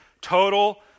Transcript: total